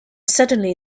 suddenly